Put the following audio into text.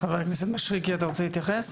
חבר הכנסת מישרקי, אתה רוצה להתייחס?